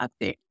update